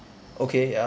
okay ya